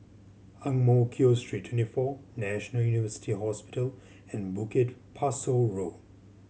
Ang Mo Kio Street Twenty four National University Hospital and Bukit Pasoh Road